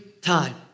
time